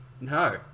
No